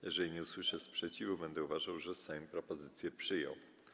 Jeżeli nie usłyszę sprzeciwu, będę uważał, że Sejm propozycję przyjął.